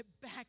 back